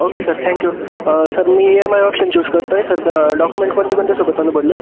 okay sir thank you sir मी E M I option choose करतो आहे sir ड डॉक्युमेंट कोणते कोणते सोबत आणू बोलले